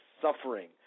suffering